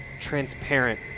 transparent